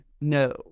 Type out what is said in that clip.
No